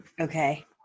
Okay